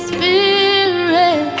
Spirit